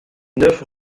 neuf